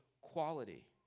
quality